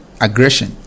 aggression